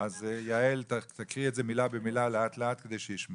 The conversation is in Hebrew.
אז יעל תקריאי את זה מילה במילה כדי שישמעו.